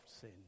sin